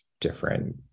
different